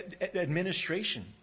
administration